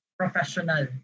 professional